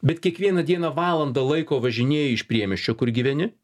bet kiekvieną dieną valandą laiko važinėji iš priemiesčio kur gyveni